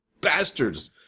bastards